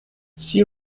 sea